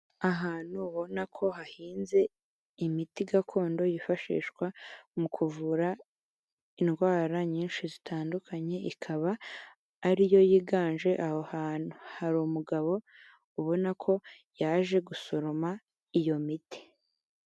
Ahantu ubona ko hahinze imiti gakondo yifashishwa mu kuvura indwara nyinshi zitandukanye, ikaba ari yo yiganje aho hantu, hari umugabo ubona ko yaje gusoroma iyo miti.